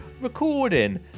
recording